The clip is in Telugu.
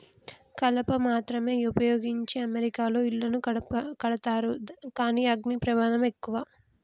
కలప మాత్రమే వుపయోగించి అమెరికాలో ఇళ్లను కడతారు కానీ అగ్ని ప్రమాదం ఎక్కువ